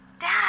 Dad